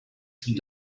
some